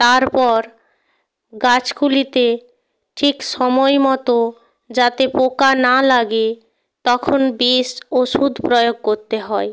তারপর গাছগুলিতে ঠিক সময় মতো যাতে পোকা না লাগে তখন বিষ ওষুধ প্রয়োগ করতে হয়